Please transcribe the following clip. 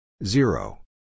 Zero